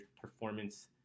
performance